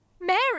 Mary